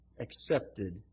Accepted